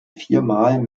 viermal